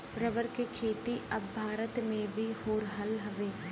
rubber के खेती अब भारत में भी हो रहल हउवे